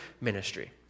ministry